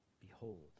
Behold